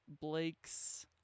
blake's